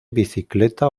bicicleta